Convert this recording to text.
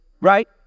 right